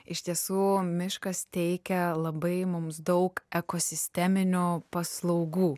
iš tiesų miškas teikia labai mums daug ekosisteminių paslaugų